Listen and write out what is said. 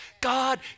God